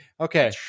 Okay